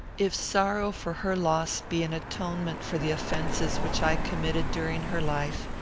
if sorrow for her loss be an atonement for the offences which i committed during her life,